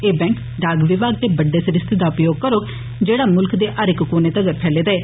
एह् बैंक डाक विभाग दे बड्डे सरिस्ते दा उपयोग करोग जेड़ा मुल्क दे हर इक्क कोने तगर फैले दा ऐ